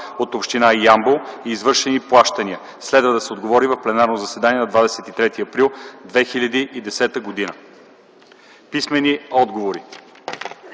от община Ямбол – извършени плащания. Следва да се отговори в пленарното заседание на 23 април 2010 г. Писмени отговори: